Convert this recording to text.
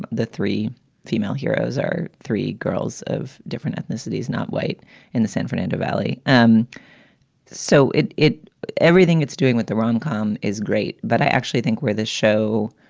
the three female heroes or three girls of different ethnicities, not white in the san fernando valley. um so it it everything it's doing with the rom com is great. but i actually think where this show.